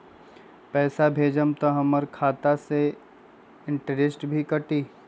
पैसा भेजम त हमर खाता से इनटेशट भी कटी?